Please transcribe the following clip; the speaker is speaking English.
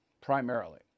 primarily